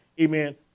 amen